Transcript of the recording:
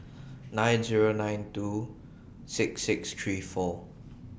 nine Zero nine two six six three four